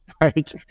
right